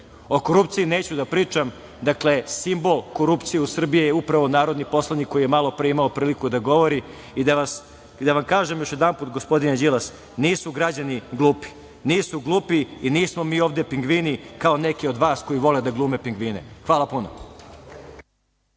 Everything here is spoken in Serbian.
korupciji neću da pričam. Dakle, simbol korupcije u Srbiji je upravo narodni poslanik koji je malopre imao priliku da govori. Da vam kažem još jedanput, gospodine Đilas, nisu građani glupi, nisu glupi i nismo mi ovde pingvini, kao neki od vas koji vole da glume pingvine. Hvala puno.